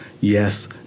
yes